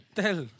tell